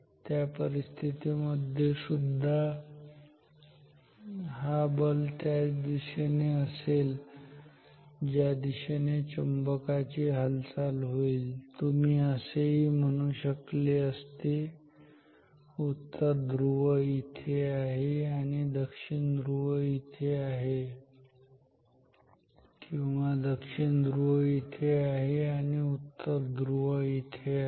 त्या परिस्थितीमध्ये सुद्धा ही बल त्याच दिशेने असेल ज्या दिशेने या चुंबकाची हालचाल होईल तुम्ही असेही म्हणू शकले असते उत्तर ध्रुव येथे आहे आणि दक्षिण पूर्व येथे आहे किंवा दक्षिण ध्रुव येथे आहे आणि उत्तर ध्रुव येथे आहे